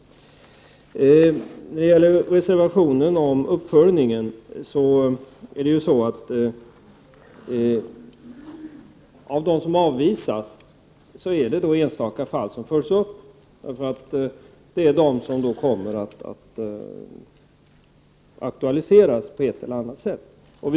När det gäller reservationen om uppföljning vill jag säga att av dem som avvisas är det enstaka fall som följs upp, och det är de som på ett eller annat sätt kommer att aktualiseras.